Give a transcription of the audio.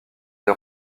des